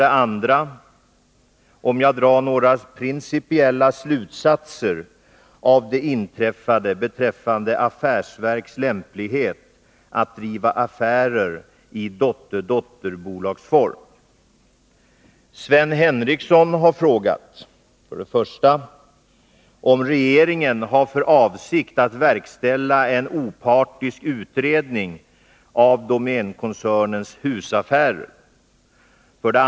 Drar statsrådet några principiella slutsatser av det inträffade beträffande affärsverks lämplighet att driva affärer i dotterdotterbolagsform? Sven Henricsson har frågat: 1. Har regeringen för avsikt att verkställa en opartisk utredning av domänkoncernens husaffärer? 2.